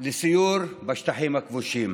לסיור בשטחים הכבושים.